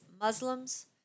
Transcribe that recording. Muslims